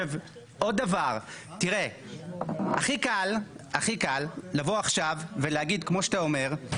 עוד דבר, הכי קל לבוא עכשיו ולהגיד כמו שאתה אומר,